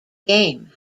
game